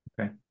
okay